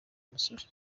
umusore